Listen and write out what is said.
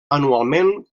anualment